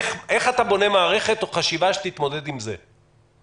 איך אתה בונה מערכת תוך חשיבה שתתמודד עם זה?